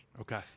Okay